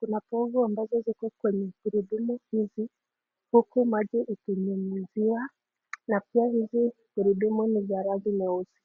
kuna povu ambazo ziko kwa migurudumu hizi, huku maji ikinyunyuziwa na pia hizi gurudumu ni za rangi nyeusi.